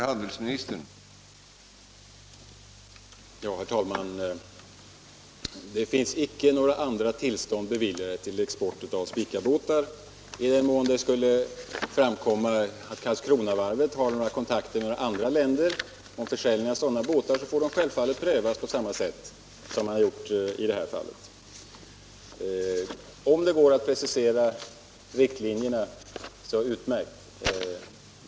Herr talman! Det finns icke några andra tillstånd beviljade till export av Spicabåtar. I den mån det skulle framkomma att Karlskronavarvet har några kontakter med andra länder om försäljning av sådana båtar får frågan självfallet prövas på samma sätt som skett i det nu aktuella fallet. Om det går att precisera riktlinjerna, så utmärkt!